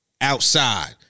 outside